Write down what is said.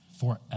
forever